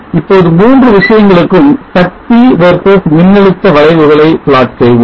இப்போது 3 விஷயங்களுக்கும் சக்தி versus மின்னழுத்த வளைவுகளை plot செய்வோம்